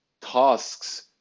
tasks